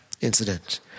incident